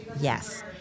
Yes